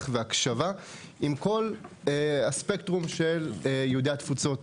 והקשה עם כל הספקטרום של יהודי התפוצות.